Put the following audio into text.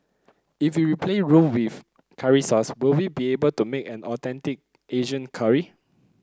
if we replace roux with curry sauce will we be able to make an authentic Asian curry